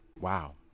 Wow